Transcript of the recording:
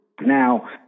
Now